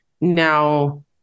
now